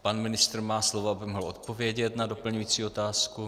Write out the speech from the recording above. Pan ministr má slovo, aby mohl odpovědět na doplňující otázku.